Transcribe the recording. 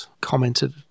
commented